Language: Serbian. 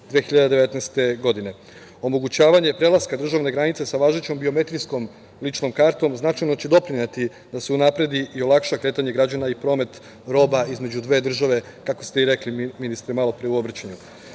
2019. godine. Omogućavanje prelaska državne granice sa važećom biometrijskom ličnom kartom značajno će doprineti da se unapredi i olakša kretanje građana i promet roba između dve države, kako ste i rekli, ministre, malopre u